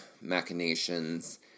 machinations